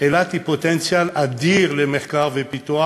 אילת היא פוטנציאל אדיר למחקר ופיתוח